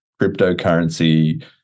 cryptocurrency